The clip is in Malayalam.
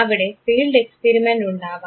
അവിടെ ഫീൽഡ് എക്സ്പീരിമെൻറ് ഉണ്ടാവാം